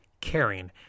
Caring